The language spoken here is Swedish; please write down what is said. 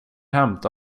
hämta